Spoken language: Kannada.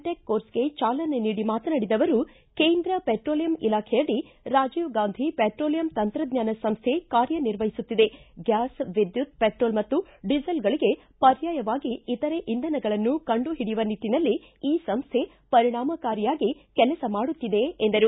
ಟಿಕ್ ಕೋರ್ಸ್ಗೆ ಚಾಲನೆ ನೀಡಿ ಮಾತನಾಡಿದ ಅವರು ಕೇಂದ್ರ ವೆಟ್ರೋಲಿಯಂ ಇಲಾಖೆಯಡಿ ರಾಜೀವ್ಗಾಂಧಿ ಪೆಟ್ರೋಲಿಯಂ ತಂತ್ರಜ್ಞಾನ ಸಂಸ್ಥೆ ಕಾರ್ಯ ನಿರ್ವಹಿಸುತ್ತಿದೆ ಗ್ಲಾಸ್ ವಿದ್ದುತ್ ವೆಟ್ರೋಲ್ ಮತ್ತು ಡೀಸೆಲ್ಗಳಿಗೆ ಪರ್ಯಾಯವಾಗಿ ಇತರೆ ಇಂಧನಗಳನ್ನು ಕಂಡುಹಿಡಿಯುವ ನಿಟ್ಟನಲ್ಲಿ ಈ ಸಂಸ್ವೆ ಪರಿಣಾಮಕಾರಿಯಾಗಿ ಕೆಲಸ ಮಾಡುತ್ತಿದೆ ಎಂದರು